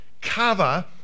cover